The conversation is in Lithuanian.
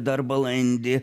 dar balandį